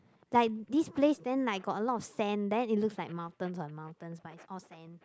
like this place then like got a lot of sand then it looks like mountains on mountains but is all sands